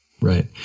Right